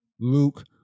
Luke